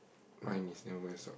mine is never wear socks